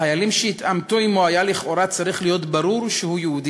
לחיילים שהתעמתו עמו היה לכאורה צריך להיות ברור שהוא יהודי.